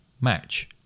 match